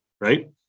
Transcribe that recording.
right